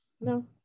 no